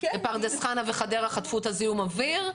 בפרדס חנה וחדרה חטפו את זיהום האוויר,